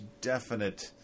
definite